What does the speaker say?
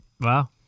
Wow